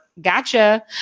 gotcha